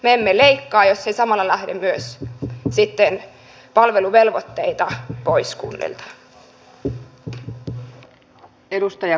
me emme leikkaa jos ei samalla lähde palveluvelvoitteita pois kunnilta